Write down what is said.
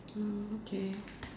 mm okay